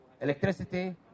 electricity